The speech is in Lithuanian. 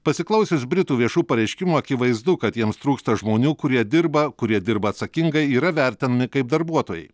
pasiklausius britų viešų pareiškimų akivaizdu kad jiems trūksta žmonių kurie dirba kurie dirba atsakingai yra vertinami kaip darbuotojai